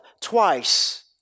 twice